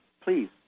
please